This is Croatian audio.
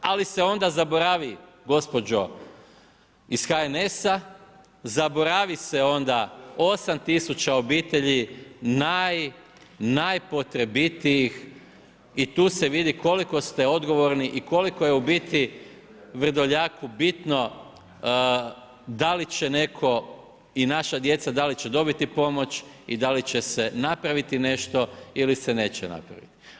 Ali se onda zaboravi gospođo iz HNS-a, zaboravi se onda 8 tisuća obitelji naj najpotrebitijih i tu se vidi koliko ste odgovorni i koliko je u biti Vrdoljaku bitno da li će netko i naša djeca da li će dobiti pomoć i da li će se napraviti nešto ili se neće napraviti.